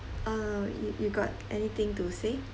uh you you got anything to say